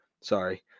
Sorry